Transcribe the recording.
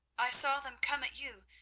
i saw them come at you,